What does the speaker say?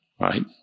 right